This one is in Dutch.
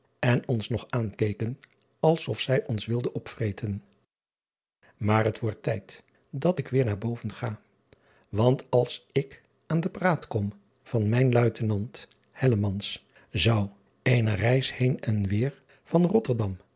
en ons nog aankeken als of zij ons wilden opvreten maar het wordt tijd dat ik weêr naar boven ga want als ik aan den praat kom van mijn uitenant zou eene reis heen en weêr van otterdam